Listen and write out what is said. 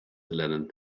lernen